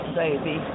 baby